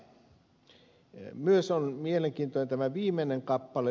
myös on mielenkiintoinen tämä viimeinen kappale